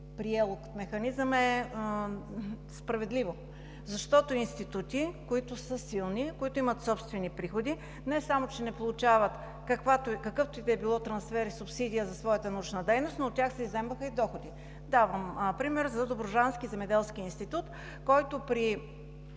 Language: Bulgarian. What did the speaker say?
приел от механизъм, е справедливо? Защото институти, които са силни, които имат собствени приходи, не само че не получават какъвто и да е било трансфер и субсидия за своята научна дейност, но от тях се изземваха и доходи. Давам за пример Добруджанския земеделски институт, който при